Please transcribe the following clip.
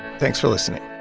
thanks for listening